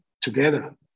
together